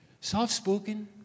soft-spoken